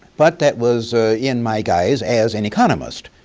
but that was in my guise as an economist,